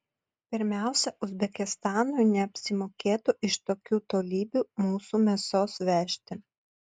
pirmiausia uzbekistanui neapsimokėtų iš tokių tolybių mūsų mėsos vežti